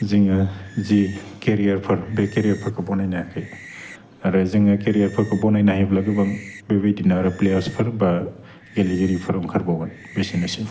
जोङो जि केरियारफोर बे केरियारफोरखौ बनायनो हायाखै आरो जोङो केरियारफोरखौ बनायनो हायोब्ला गोबां बेबायदिनो आरो प्लेयारसफोर बा गेलेगिरिफोर अंखारबावगोन बेसेनोसै